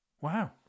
Wow